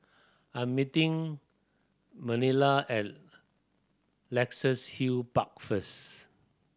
I'm meeting Manilla at Luxus Hill Park first